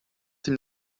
dem